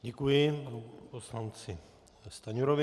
Děkuji panu poslanci Stanjurovi.